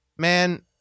Man